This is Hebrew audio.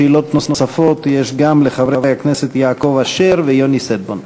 שאלות נוספות יש לחברי הכנסת יעקב אשר ויוני שטבון.